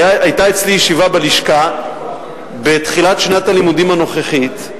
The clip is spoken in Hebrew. היתה אצלי ישיבה בלשכה בתחילת שנת הלימודים הנוכחית,